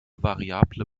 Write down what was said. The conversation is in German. variable